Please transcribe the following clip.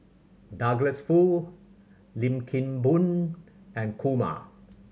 Douglas Foo Lim Kim Boon and Kumar